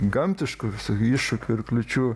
gamtiškų visokių iššūkių ir kliūčių